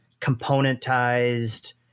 componentized